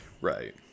Right